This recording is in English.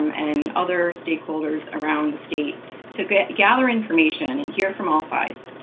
um and other stakeholders around the state to gather information and hear from all sides.